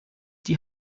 die